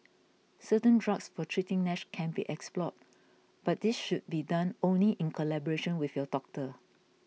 certain drugs for treating Nash can be explored but this should be done only in collaboration with your doctor